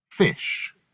fish